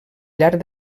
llarg